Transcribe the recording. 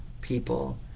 people